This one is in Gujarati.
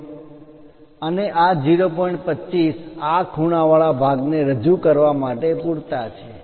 25 આ ખુણાવાળા ભાગને રજૂ કરવા માટે પૂરતા છે